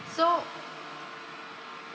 so